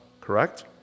Correct